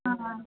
ആ